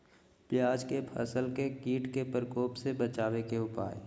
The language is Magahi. प्याज के फसल के कीट के प्रकोप से बचावे के उपाय?